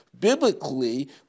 biblically